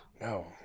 No